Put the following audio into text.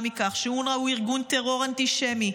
מכך שאונר"א הוא ארגון טרור אנטישמי,